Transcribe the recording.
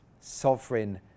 sovereign